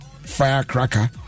firecracker